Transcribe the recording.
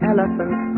Elephant